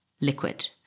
liquid